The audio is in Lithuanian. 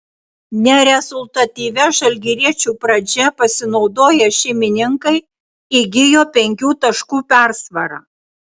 nerezultatyvia žalgiriečių pradžia pasinaudoję šeimininkai įgijo penkių taškų persvarą